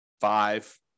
five